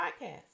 podcast